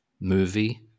movie